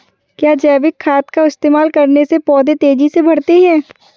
क्या जैविक खाद का इस्तेमाल करने से पौधे तेजी से बढ़ते हैं?